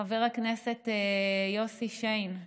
חבר הכנסת יוסי שיין,